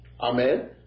Amen